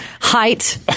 Height